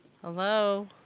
Hello